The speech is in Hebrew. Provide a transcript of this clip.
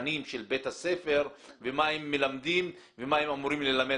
התכנים של בית הספר ומה הם מלמדים ומה הם אמורים ללמד.